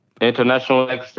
international